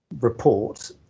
report